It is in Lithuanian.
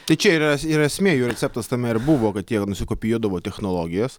tai čia yra ir esmė jų receptas tame ir buvo kad jie nusikopijuodavo technologijas